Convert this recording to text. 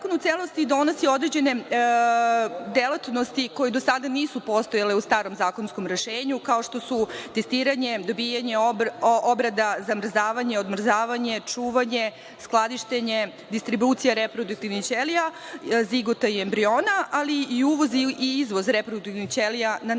u celosti donosi određene delatnosti koje do sada nisu postojale u starom zakonskom rešenju, kao što su testiranje, dobijanje, obrada, zamrzavanje, odmrzavanje, čuvanje, skladištenje, distribucija reproduktivnih ćelija, zigota i embriona, ali i uvoz i izvoz reproduktivnih ćelija na nacionalnom